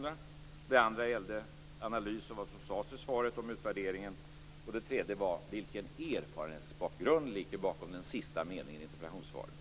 Den andra frågan gällde en analys av vad som sades i svaret om utvärderingen. Och den tredje frågan gällde vilken erfarenhetsbakgrund som ligger bakom den sista meningen i interpellationssvaret.